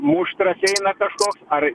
muštras eina kažkoks ar